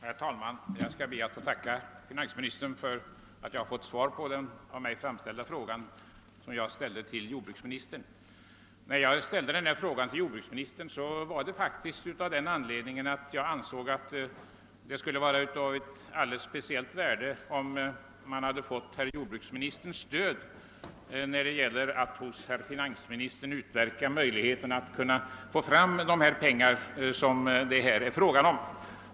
Herr talman! Jag skall be att få tacka finansministern för svaret på den av mig framställda frågan, som jag ställde till jordbruksministern. Att jag riktade denna fråga till jordbruksministern var av den anledningen att jag ansåg att det hade varit av alldeles speciellt värde om jordbruksministern givit sitt stöd när det gäller att hos finansministern utverka de pengar det här är fråga om.